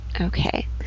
Okay